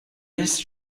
hisse